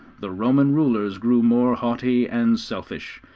the roman rulers grew more haughty and selfish,